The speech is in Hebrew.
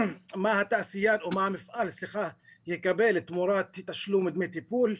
מה התעשיין או מה המפעל יקבל תמורת תשלום דמי טיפול.